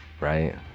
right